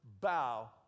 bow